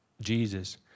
Jesus